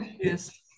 Yes